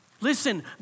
Listen